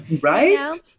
right